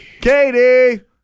Katie